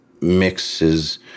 mixes